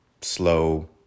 slow